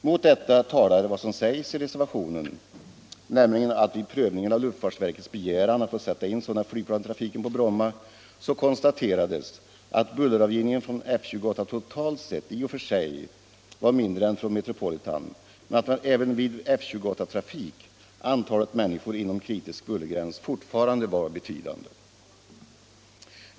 Mot detta talar vad som sägs i reservationen, nämligen att det vid prövningen av luftfartsverkets begäran att få sätta in sådana flygplan i trafiken på Bromma konstaterades att bulleravgivningen från F-28 totalt sett i och för sig var mindre än från Metropolitan men att även vid F-28-trafik antalet människor inom kritisk bullergräns fortfarande var betydande.